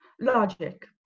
logic